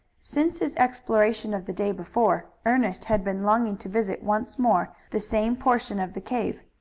since his exploration of the day before ernest had been longing to visit once more the same portion of the cave.